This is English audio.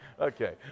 Okay